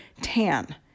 tan